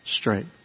straight